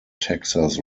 texas